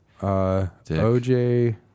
OJ